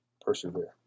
persevere